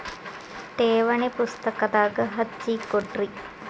ಠೇವಣಿ ಪುಸ್ತಕದಾಗ ಹಚ್ಚಿ ಕೊಡ್ರಿ